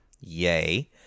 Yay